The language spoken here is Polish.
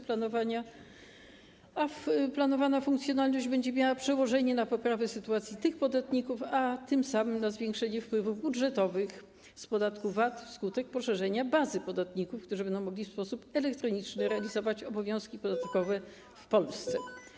Planowana funkcjonalność będzie miała przełożenie na poprawę sytuacji tych podatników, a tym samym na zwiększenie wpływów budżetowych z podatku VAT wskutek poszerzenia bazy podatników, którzy będą mogli w sposób elektroniczny realizować obowiązki podatkowe w Polsce.